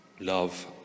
love